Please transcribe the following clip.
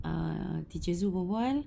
err teacher zul bual-bual